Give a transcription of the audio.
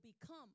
become